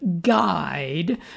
guide